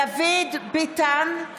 דוד ביטן.